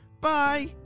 Bye